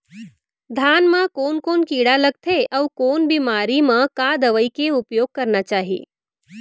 धान म कोन कोन कीड़ा लगथे अऊ कोन बेमारी म का दवई के उपयोग करना चाही?